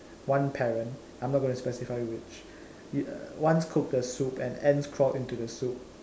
one parent I'm not going to specify which uh once cooked a soup and ants crawled into the soup